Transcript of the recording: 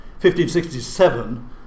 1567